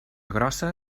grossa